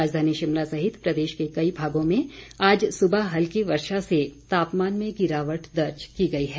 राजधानी शिमला सहित प्रदेश के कई भागों में आज सुबह हल्की वर्षा से तापमान में गिरावट दर्ज की गई है